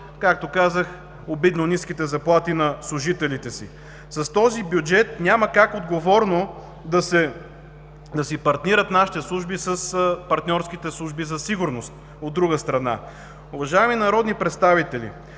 както казах, обидно ниските заплати на служителите си. С този бюджет няма как отговорно да си партнират нашите служби с партньорските служби за сигурност, от друга страна. Уважаеми народни представители,